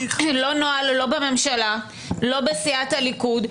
לא נוהל לא בממשלה, לא בסיעת הליכוד.